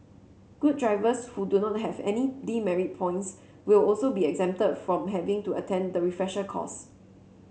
good drivers who do not have any demerit points will also be exempted from having to attend the refresher course